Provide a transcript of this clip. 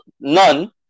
none